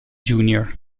junior